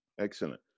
excellent